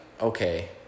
okay